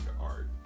art